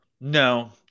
No